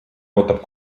ootab